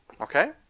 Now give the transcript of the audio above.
Okay